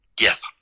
Yes